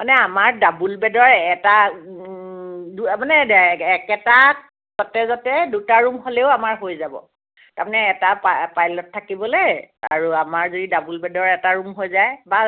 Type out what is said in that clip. মানে আমাৰ ডাবল বেডৰ এটা মানে একেটা কটেজতে দুটা ৰুম হ'লেও আমাৰ হৈ যাব তাৰমানে এটা পা পাইলট থাকিবলৈ আৰু আমাৰ যি ডাবল বেডৰ এটা ৰুম হৈ যায় বা